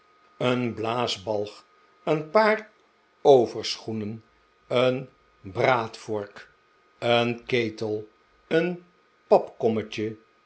een blaasbalg een paar overschoenen een braadvork een ketel een papkommetje